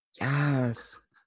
Yes